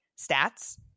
stats